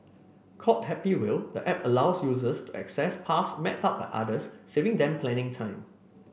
called Happy Wheel the app allows users to access paths mapped out by others saving them planning time